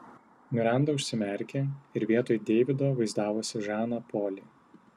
miranda užsimerkė ir vietoj deivido vaizdavosi žaną polį